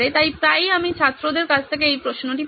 তাই প্রায়ই আমি ছাত্রদের কাছ থেকে এই প্রশ্নটি পাই